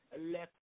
left